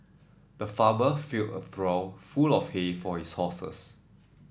the farmer filled a trough full of hay for his horses